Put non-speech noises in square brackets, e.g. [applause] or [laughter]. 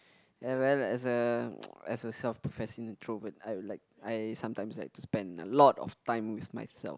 and then as a [noise] as a self professing introvert I would like I sometimes like to spend a lot of time with myself